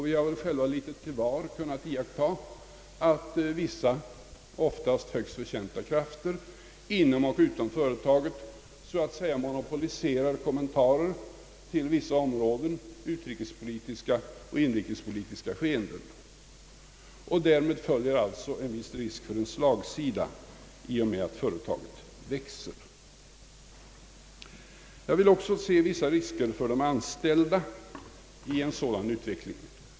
Vi har väl själva litet till mans kunnat iaktta att vissa, oftast högst förtjänta, krafter inom och utom företaget monopoliserar kommentarer till vissa områden, utrikespolitiska och inrikespolitiska. Därmed följer alltså en viss risk för slagsida i och med att företaget växer. Jag anser det också finns vissa risker för de anställda i en sådan utveckling.